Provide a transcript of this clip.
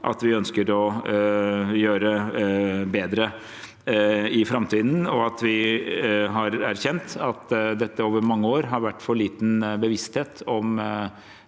vi ønsker å gjøre bedre i framtiden. Vi har erkjent at det over mange år har vært for liten bevissthet om